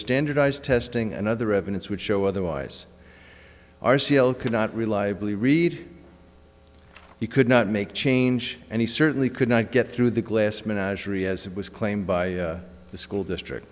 standardized testing and other evidence would show otherwise r c l cannot reliably read he could not make change and he certainly could not get through the glass menagerie as it was claimed by the school district